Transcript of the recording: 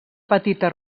petita